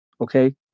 Okay